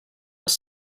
els